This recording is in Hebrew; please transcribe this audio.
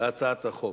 להצעת החוק.